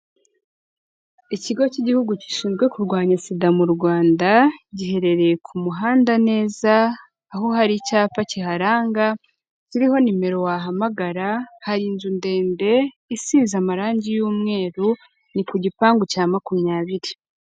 Ikigo cy'igihugu gishinzwe kurwanya SIDA mu Rwanda, giherereye ku muhanda neza aho hari icyapa kiharanga kiriho nimero wahamagara, hari inzu ndende isize amarangi y'umweru, ni ku gipangu cya makumyabiri.